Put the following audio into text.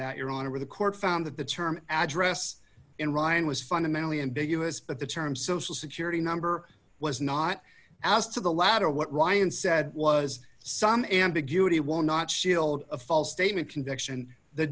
that your honor the court found that the term address in ryan was fundamentally ambiguous but the term social security number was not as to the latter what ryan said was some ambiguity one not shield a false statement conviction the